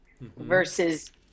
versus